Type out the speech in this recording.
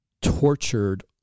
tortured